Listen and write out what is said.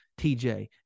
TJ